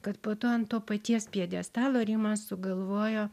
kad po to ant to paties pjedestalo rimas sugalvojo